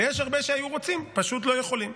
ויש הרבה שהיו רוצים ופשוט לא יכולים.